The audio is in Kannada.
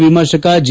ವಿಮರ್ಶಕ ಜಿ